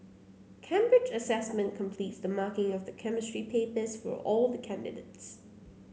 Cambridge Assessment completes the marking of the Chemistry papers for all the candidates